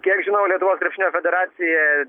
kiek žinau lietuvos krepšinio federacija